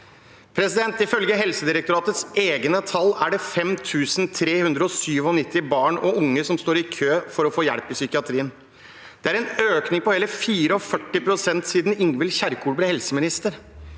Ifølge Helsedirektoratets egne tall er det 5 397 barn og unge som står i kø for å få hjelp i psykiatrien. Det er en økning på hele 44 pst. siden Ingvild Kjerkol ble helseminister.